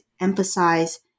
emphasize